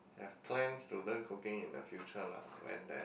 I have plans to learn cooking in the future lah when there